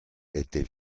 était